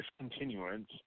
discontinuance